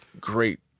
great